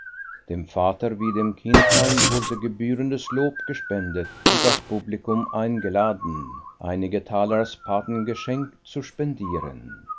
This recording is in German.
dem vater wie dem kindlein wurde gebührendes lob gespendet und das publikum eingeladen einige taler als patengeschenk zu spendieren